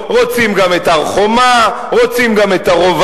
רוצים גם את הר-חומה,